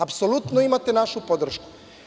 Apsolutno imate našu podršku.